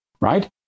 Right